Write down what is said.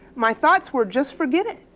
my thoughts were, just forget it.